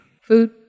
food